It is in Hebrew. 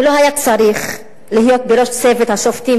הוא לא היה צריך להיות בראש צוות השופטים